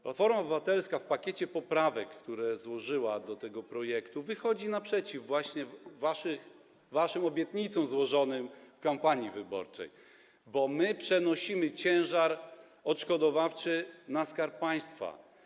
Platforma Obywatelska w pakiecie poprawek, które złożyła do tego projektu, wychodzi naprzeciw waszym obietnicom złożonym w kampanii wyborczej, bo przenosimy ciężar odszkodowawczy na Skarb Państwa.